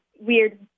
weird